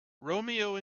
romeo